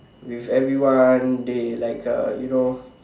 with everyone they like uh you know